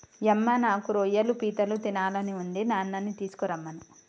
యమ్మ నాకు రొయ్యలు పీతలు తినాలని ఉంది నాన్ననీ తీసుకురమ్మను